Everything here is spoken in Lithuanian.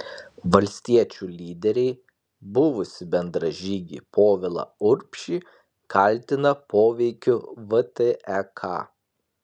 valstiečių lyderiai buvusį bendražygį povilą urbšį kaltina poveikiu vtek